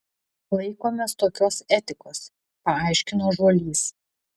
laikomės tokios etikos paaiškino žuolys